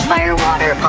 Firewater